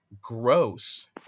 gross